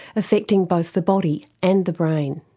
affecting both the body and the brain.